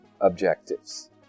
objectives